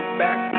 back